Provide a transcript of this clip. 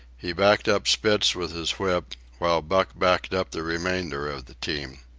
he backed up spitz with his whip, while buck backed up the remainder of the team.